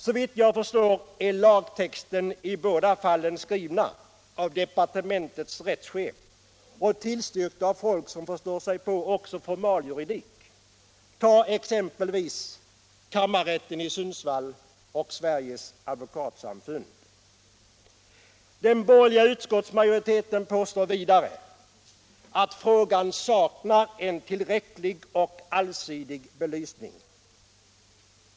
Såvitt jag förstår är lagtexten i båda fallen skriven av departementets rättschef och tillstyrkt av folk som förstår sig på också formaljuridik — ta exempelvis kammarrätten i Sundsvall och Sveriges advokatsamfund. Den borgerliga utskottsmajoriteten påstår vidare att frågan saknar en tillräcklig och allsidig belysning.